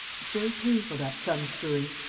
it's very painful, that thumbscrewing.